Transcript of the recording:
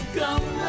come